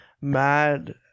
mad